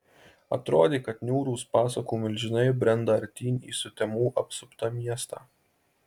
atrodė kad niūrūs pasakų milžinai brenda artyn į sutemų apsuptą miestą